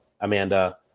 Amanda